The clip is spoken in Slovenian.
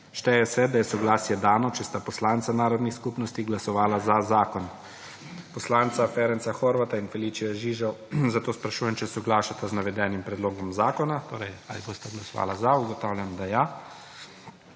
Šteje se, da je soglasje dano, če sta poslanca narodnih skupnosti glasovala za zakon. Poslanca Ferenca Horvátha in Feliceja Žižo zato sprašujem, če soglašata z navedenim predlogom zakona, torej ali bosta glasovala za. Ugotavljam, da ja.